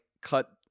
cut